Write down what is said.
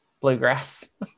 bluegrass